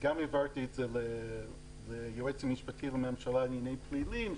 העברתי גם ליועץ המשפטי לממשלה לענייני פלילים,